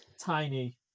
tiny